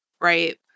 Right